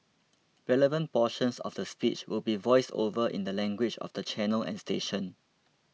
relevant portions of the speech will be voiced over in the language of the channel and station